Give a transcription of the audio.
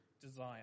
desire